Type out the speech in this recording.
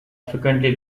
frequently